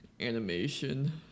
animation